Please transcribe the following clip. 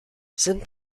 sind